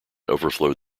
overflowed